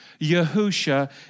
Yahusha